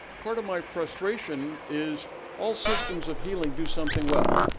part of my frustration is all systems of healing do something well.